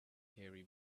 gary